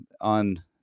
on